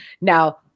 Now